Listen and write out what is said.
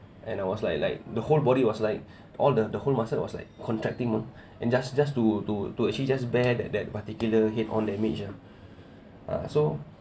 and I was like like the whole body was like all the whole muscle was like contracting mah and just just to to to actually just bear that that particular head on damage ah uh so